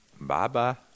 Bye-bye